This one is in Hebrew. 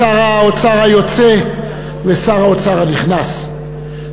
שר האוצר היוצא ושר האוצר הנכנס,